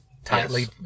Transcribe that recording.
tightly